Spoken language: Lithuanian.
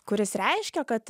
kuris reiškia kad